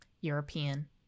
European